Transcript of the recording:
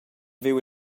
viu